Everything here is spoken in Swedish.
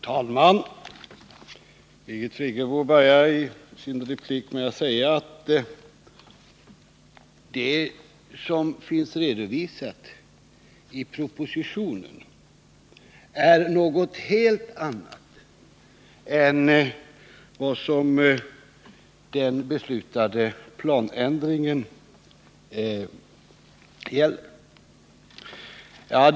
Herr talman! Birgit Friggebo inledde sin replik med att säga att det som finns redovisat i propositionen är någonting helt annat än vad den beslutade planändringen gäller.